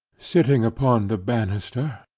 sitting upon the banister,